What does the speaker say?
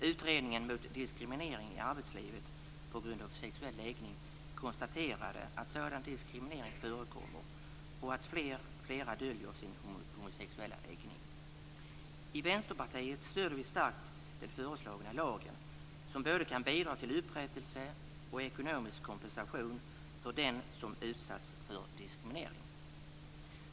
Utredningen mot diskriminering i arbetslivet på grund av sexuell läggning konstaterade att sådan diskriminering förekommer och att flera döljer sin homosexuella läggning. Vi i Vänsterpartiet stöder starkt den föreslagna lagen, som kan bidra till både upprättelse och ekonomisk kompensation för den som utsatts för diskriminering.